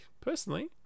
personally